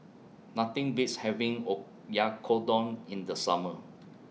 Nothing Beats having Oyakodon in The Summer